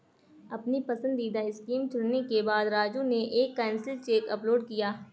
अपनी पसंदीदा स्कीम चुनने के बाद राजू ने एक कैंसिल चेक अपलोड किया